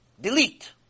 Delete